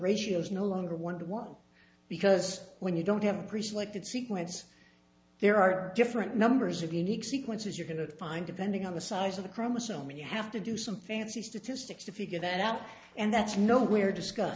regime is no longer one of the one because when you don't have a pre selected sequence there are different numbers of unique sequences you're going to find depending on the size of the chromosome and you have to do some fancy statistics to figure that out and that's nowhere discuss